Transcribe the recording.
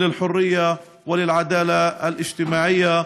הלוחם למען החופש והשוויון החברתי.